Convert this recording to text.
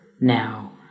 now